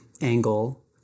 angle